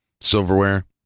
Silverware